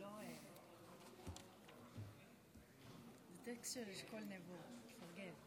נבו לאישה בשם צופיה שכתבה לו בפייסבוק.